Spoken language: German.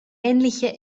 ähnliche